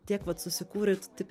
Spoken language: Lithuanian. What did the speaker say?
tiek vat susikūrei tu taip